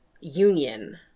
union